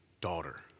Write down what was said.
daughter